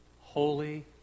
holy